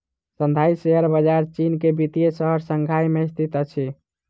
Shanghai share बजार चीन के वित्तीय शहर शंघाई में स्थित अछि